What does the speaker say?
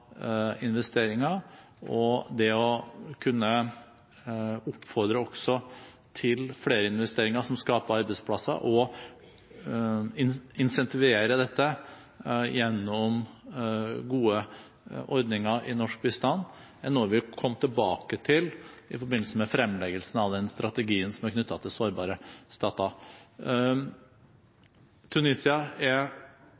investeringer, og det å kunne oppfordre også til flere investeringer som skaper arbeidsplasser, og gi incentiv til dette gjennom gode ordninger i norsk bistand, er noe vi kommer tilbake til i forbindelse med fremleggelsen av den strategien som er knyttet til sårbare